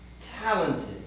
talented